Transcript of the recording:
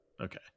Okay